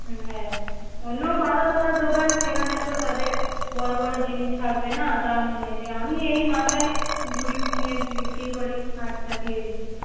হুম হ্যাঁ অন্য বাঁধা ধরা দোকান সেখানে তো তাদের বড়ো বড়ো জিনিস থাকবে না দামও নেবে আমি এই মাথায় ঝুড়ি নিয়ে বিক্রি করি আচ্ছা দিয়ে দিচ্ছি